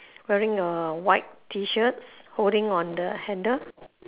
wearing a white T shirt holding on the handle